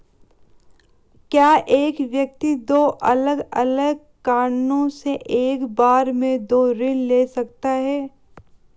क्या एक व्यक्ति दो अलग अलग कारणों से एक बार में दो ऋण ले सकता है?